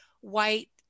white